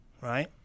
right